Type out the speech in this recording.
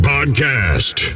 Podcast